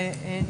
אני